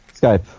Skype